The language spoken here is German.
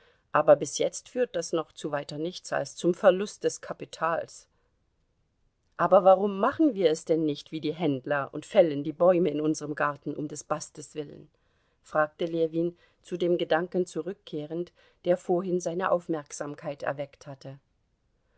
aber bis jetzt führt das noch zu weiter nichts als zum verlust des kapitals aber warum machen wir es denn nicht wie die händler und fällen die bäume in unserm garten um des bastes willen fragte ljewin zu dem gedanken zurückkehrend der vorhin seine aufmerksamkeit erweckt hatte